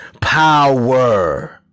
Power